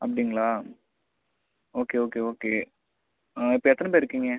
அப்படிங்களா okay okay okay இப்போ எத்தனை பேர் இருக்கீங்க